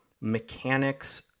mechanics